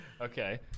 Okay